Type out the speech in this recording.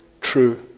true